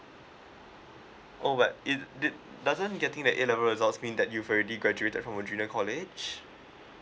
oh but it did doesn't getting the A level results mean that you've already graduated from a junior college